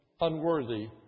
unworthy